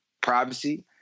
privacy